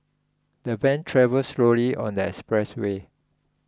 the van travelled slowly on the express way